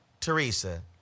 Teresa